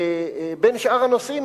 בין שאר הנושאים,